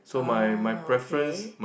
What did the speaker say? uh okay